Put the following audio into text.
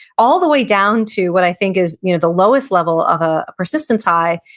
all the way down to what i think is you know the lowest level of a persistence high,